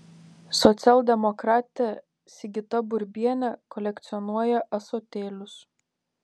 socialdemokratė sigita burbienė kolekcionuoja ąsotėlius